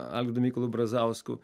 algirdu mykolu brazausku